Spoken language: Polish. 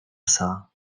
psa